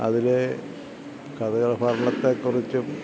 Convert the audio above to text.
അതിൽ വർണ്ണത്തെക്കുറിച്ചും